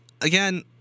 again